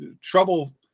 trouble